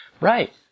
Right